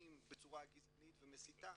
מתבטאים בצורה גזענית ומסיתה,